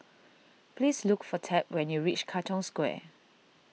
please look for Tab when you reach Katong Square